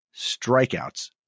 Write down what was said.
strikeouts